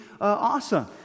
awesome